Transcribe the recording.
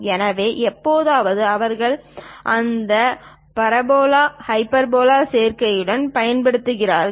எனவே எப்போதாவது அவர்கள் இந்த பரபோலா ஹைபர்போலா சேர்க்கைகளையும் பயன்படுத்துகிறார்கள்